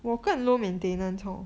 我更 low maintenance 丑